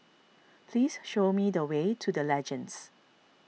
please show me the way to the Legends